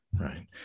right